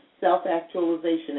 self-actualization